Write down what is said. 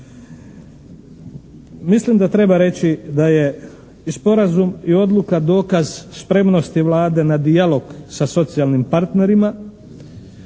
Mislim da treba reći da je i sporazum i odluka dokaz spremnosti Vlade na dijalog sa socijalnim partnerima.